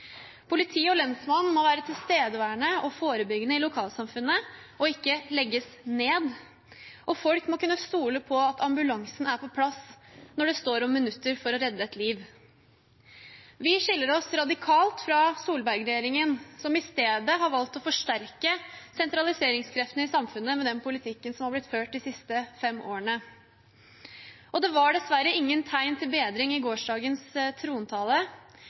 Politi og lensmann må være til stede og forebygge i lokalsamfunnet og ikke legges ned. Folk må kunne stole på at ambulansen er på plass når det står om minutter for å redde et liv. Vi skiller oss radikalt fra Solberg-regjeringen, som i stedet har valgt å forsterke sentraliseringskreftene i samfunnet med den politikken som har blitt ført de siste fem årene. Det var dessverre ingen tegn til bedring i gårsdagens trontale,